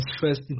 first